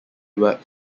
work